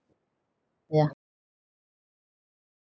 yeah